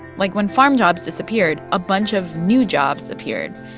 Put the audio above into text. like, when farm jobs disappeared, a bunch of new jobs appeared.